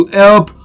help